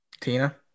Tina